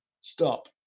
Stop